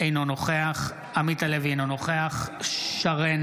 אינו נוכח משה גפני,